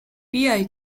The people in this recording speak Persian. بیای